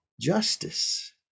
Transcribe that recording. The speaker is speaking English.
justice